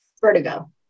Vertigo